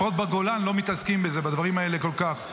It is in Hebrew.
לפחות בגולן לא מתעסקים בדברים האלה כל כך.